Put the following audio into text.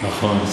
נכון.